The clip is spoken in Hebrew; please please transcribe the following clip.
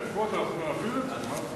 כן, פואד, אנחנו נעביר את זה.